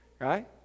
Right